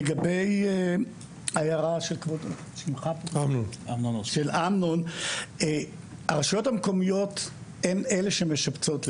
לגבי ההערה של אמנון הרשושנים הרשויות המקומיות הן אלה שמשבצות,